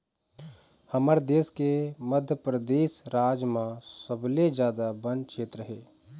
हमर देश के मध्यपरेदस राज म सबले जादा बन छेत्र हे